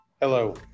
Hello